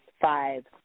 five